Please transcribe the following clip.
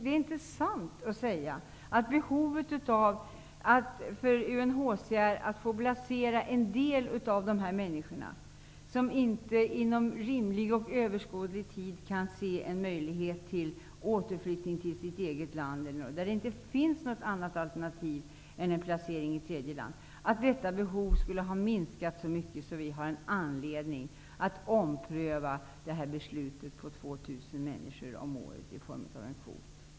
Det är inte sant när man säger att behovet för UNHCR att få placera en del av dessa människor, som inte inom rimlig och överskådlig tid kan se en möjlighet till återflyttning till sitt eget land och där det inte finns något annat alternativ än en placering i ett tredje land, skulle ha minskat så mycket att vi har anledning att ompröva beslutet om en kvot på 2 000 människor om året.